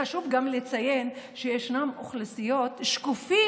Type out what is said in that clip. חשוב גם לציין שיש אוכלוסיות שקופות